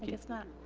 guess not.